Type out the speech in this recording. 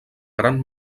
gran